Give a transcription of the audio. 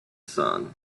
sun